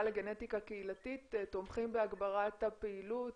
לגנטיקה קהילתית תומכים בהגברת הפעילות,